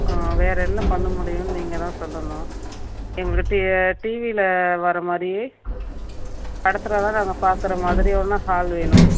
வேறு என்ன பண்ண முடியும் நீங்கள் தான் சொல்லணும் எங்களுக்கு டிவியில் வர மாதிரியே படத்திலெல்லாம் நாங்கள் பார்க்குற மாதிரி ஒன்று ஹால் வேணும்